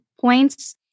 points